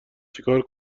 چیکار